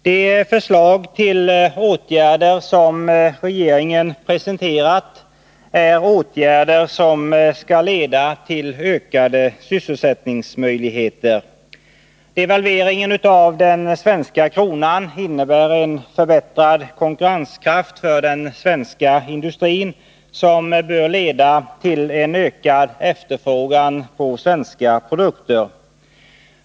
De förslag som regeringen presenterat betyder åtgärder som skall skapa ökade sysselsättningsmöjligheter. Devalveringen av kronan innebär en förbättrad konkurrenskraft för den svenska industrin, som bör leda till en ökad efterfrågan på svenska produkter.